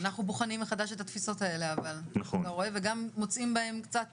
אנחנו בוחנים מחדש את התפיסות האלה וגם מוצאים בהם קצת